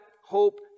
hope